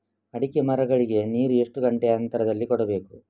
ಅಡಿಕೆ ಮರಗಳಿಗೆ ನೀರು ಎಷ್ಟು ಗಂಟೆಯ ಅಂತರದಲಿ ಕೊಡಬೇಕು?